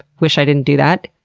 wish i didn't do that.